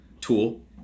tool